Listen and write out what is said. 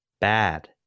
Bad